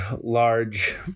large